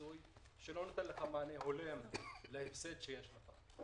הפיצוי שלא נותן מענה הולם להפסד שיש לך.